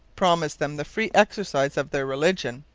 promised them the free exercise of their religion,